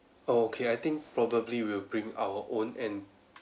oh okay I think probably we'll bring our own and